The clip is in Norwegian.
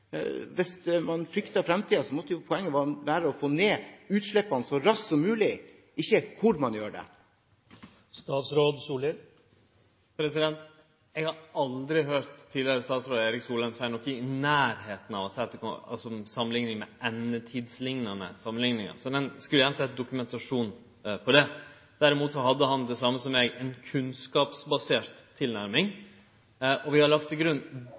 Hvis man frykter fremtiden, må jo poenget være å få ned utslippene så raskt som mulig – ikke hvor man gjør det. Eg har aldri høyrt tidlegare statsråd Erik Solheim seie noko i nærleiken av det å samanlikne med «endetidslignende tilstander». Det skulle eg gjerne sett dokumentasjonen på. Derimot hadde han den same kunnskapsbaserte tilnærminga som eg. Vi har lagt til grunn